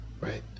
Right